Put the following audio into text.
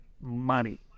money